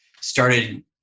started